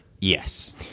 Yes